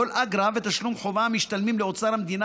כל אגרה ותשלום חובה המשתלמים לאוצר המדינה